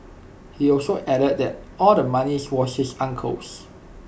he also added that all the money was his uncle's